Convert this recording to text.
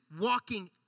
walking